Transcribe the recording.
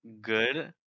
good